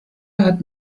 hat